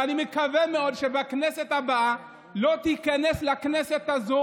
ואני מקווה מאוד שבכנסת הבאה לא תיכנס לכנסת הזו,